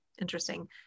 interesting